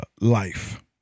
life